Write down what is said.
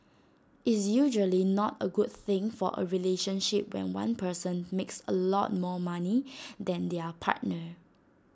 it's usually not A good thing for A relationship when one person makes A lot more money than their partner